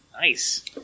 Nice